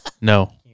No